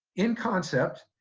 in concept,